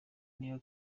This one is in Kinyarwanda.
niyo